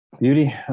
Beauty